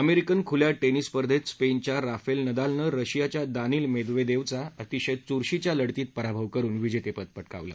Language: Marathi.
अमेरिकन खुल्या ांनिस स्पर्धेत स्पेनच्या राफेल नदालनं रशियाच्या दानिल मेदवेदेवचा अतिशय चुरशीच्या लढतीत पराभव करून विजेतेपद प क्रावलं